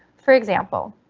for example,